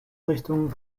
richtung